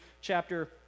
chapter